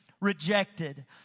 rejected